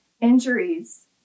injuries